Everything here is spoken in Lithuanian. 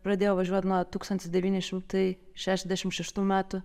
pradėjo važiuot nuo tūkstantis devyni šimtai šešiasdešim šeštų metų